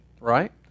right